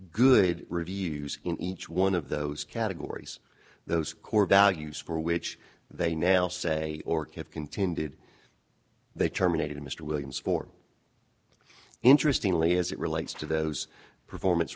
good reviews in each one of those categories those core values for which they now say or have contended they terminated mr williams for interestingly as it relates to those performance